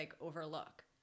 overlook